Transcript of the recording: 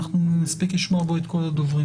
אנחנו נספיק לשמוע בו את כל הדוברים.